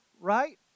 right